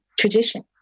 tradition